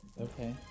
okay